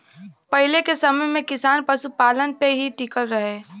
पहिले के समय में किसान पशुपालन पे ही टिकल रहे